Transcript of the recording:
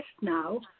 now